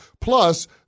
Plus